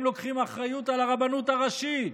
הם לוקחים אחריות על הרבנות הראשית,